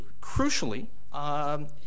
crucially